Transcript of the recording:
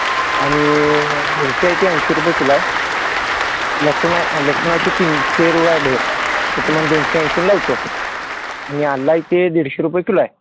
आणि मिरची आहे ती ऐंशी रुपये किलो आहे लसूण आहे लसूण आहे ते तीनशे रुपये बाहेर ते तुम्हाला दोनशे ऐंशी लावतो आणि आलं आहे ते दीडशे रुपये किलो आहे